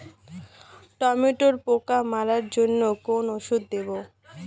টমেটোর পোকা মারার জন্য কোন ওষুধ দেব?